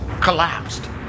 collapsed